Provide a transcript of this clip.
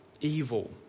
evil